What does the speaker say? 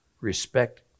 respect